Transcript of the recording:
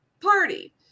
party